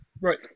Right